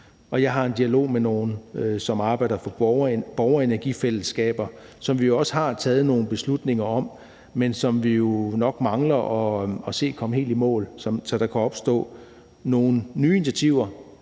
jeg har en dialog med nogle, der arbejder for borgerenergifællesskaber, som vi jo også har taget nogle beslutninger om, men hvor vi nok mangler at se det komme helt i mål, så der kan opstå nogle nye initiativer